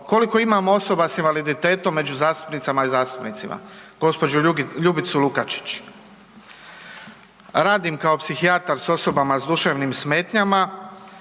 Koliko imamo osoba s invaliditetom među zastupnicima i zastupnicama? Gospođu Ljubicu Lukačić. Radim kao psihijatar s osobama s duševnim smetnjama